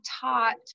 taught